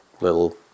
little